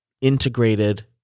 integrated